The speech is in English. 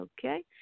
Okay